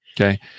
okay